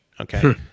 okay